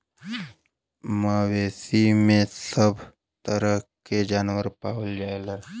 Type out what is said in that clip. मवेसी में सभ तरह के जानवर आ जायेले